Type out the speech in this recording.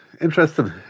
interesting